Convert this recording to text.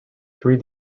three